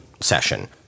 session